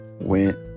went